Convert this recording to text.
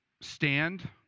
stand